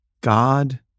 God